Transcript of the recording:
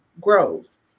grows